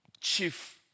chief